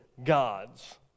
God's